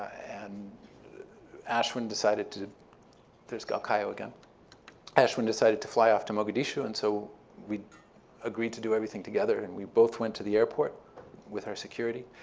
and ashwin decided to there's galkayo again ashwin decided to fly off to mogadishu. and so we agreed to do everything together, and we both went to the airport with our security,